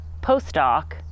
postdoc